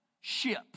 ship